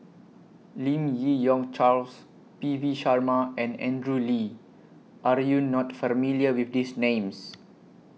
Lim Yi Yong Charles P V Sharma and Andrew Lee Are YOU not familiar with These Names